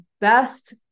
best